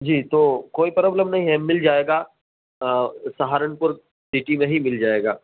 جی تو کوئی پرابلم نہیں ہے مل جائے گا سہارنپور سٹی میں ہی مل جائے گا